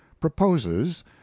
proposes